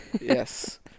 Yes